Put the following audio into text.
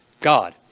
God